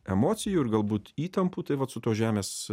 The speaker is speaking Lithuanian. emocijų ir galbūt įtampų tai vat su tuo žemės